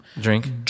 drink